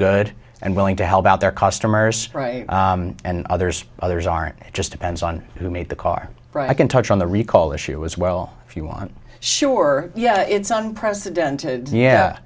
good and willing to help out their customers and others others aren't just depends on who made the car i can touch on the recall issue as well if you want sure yeah it's on president yeah